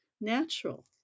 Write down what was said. natural